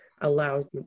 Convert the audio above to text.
allows